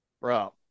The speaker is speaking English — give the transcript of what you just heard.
Bro